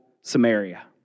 Samaria